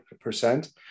percent